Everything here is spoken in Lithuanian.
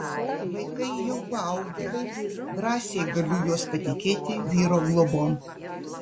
vaikai jau paaugę drąsiai galiu juos patikėti vyro globon